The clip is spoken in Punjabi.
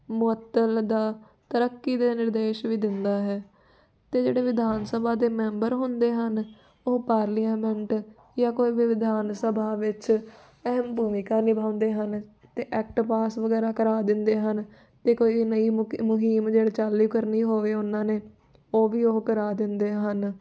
ਮੁਅੱਤਲ ਦਾ ਤਰੱਕੀ ਦੇ ਨਿਰਦੇਸ਼ ਵੀ ਦਿੰਦਾ ਹੈ ਅਤੇ ਜਿਹੜੇ ਵਿਧਾਨ ਸਭਾ ਦੇ ਮੈਂਬਰ ਹੁੰਦੇ ਹਨ ਉਹ ਪਾਰਲੀਆਂਮੈਂਟ ਜਾਂ ਕੋਈ ਵੀ ਵਿਧਾਨ ਸਭਾ ਵਿੱਚ ਅਹਿਮ ਭੂਮਿਕਾ ਨਿਭਾਉਂਦੇ ਹਨ ਅਤੇ ਐਕਟ ਪਾਸ ਵਗੈਰਾ ਕਰਵਾ ਦਿੰਦੇ ਹਨ ਅਤੇ ਕੋਈ ਨਵੀਂ ਮੁਕੀ ਮੁਹਿੰਮ ਜੇ ਚਾਲੀ ਕਰਨੀ ਹੋਵੇ ਉਹਨਾਂ ਨੇ ਉਹ ਵੀ ਉਹ ਕਰਾ ਦਿੰਦੇ ਹਨ